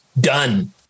Done